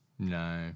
No